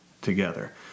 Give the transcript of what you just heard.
together